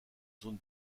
zone